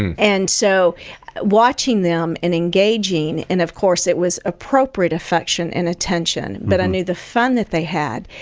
and so watching them and engaging and, of course, it was appropriate affection and attention but i knew the fun that they had,